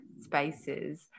spaces